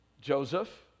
joseph